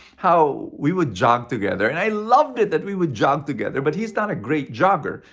how we would jog together. and i loved it that we would jog together. but he is not a great jogger.